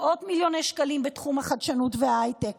מאות מיליוני שקלים בתחום החדשנות וההייטק